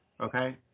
Okay